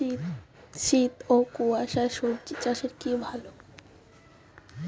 শীত ও কুয়াশা স্বজি চাষে কি ভালো?